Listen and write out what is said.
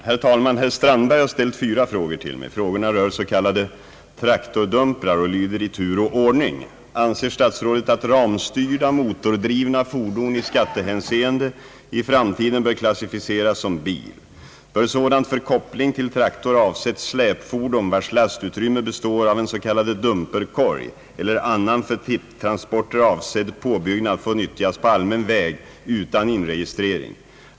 Herr talman! Herr Strandberg har ställt fyra frågor till mig. Frågorna rör s.k. traktordumprar och lyder i tur och ordning: Anser statsrådet att ramstyrda motordrivna fordon i skattehänseende i framtiden bör klassificeras som bil? Bör sådant för koppling till traktor avsett släpfordon vars lastutrymme består av en s.k. dumperkorg eller annan för tipptransporter avsedd påbyggnad få nyttjas på allmän väg utan inregistrering?